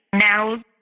Now